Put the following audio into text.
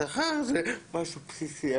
שכר זה משהו בסיסי,